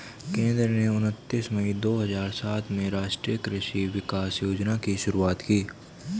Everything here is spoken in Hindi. केंद्र ने उनतीस मई दो हजार सात में राष्ट्रीय कृषि विकास योजना की शुरूआत की